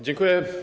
Dziękuję.